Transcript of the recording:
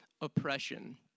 oppression